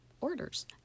orders